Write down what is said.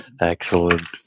Excellent